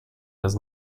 des